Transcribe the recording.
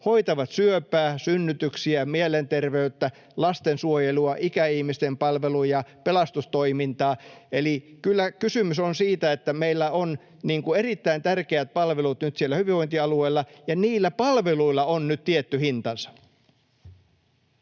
hoitavat syöpää, synnytyksiä, mielenterveyttä, lastensuojelua, ikäihmisten palveluja ja pelastustoimintaa. Eli kyllä kysymys on siitä, että meillä on erittäin tärkeät palvelut nyt siellä hyvinvointialueilla ja niillä palveluilla on nyt tietty hintansa.